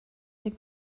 deg